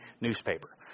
newspaper